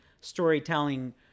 storytelling